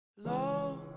Love